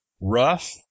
rough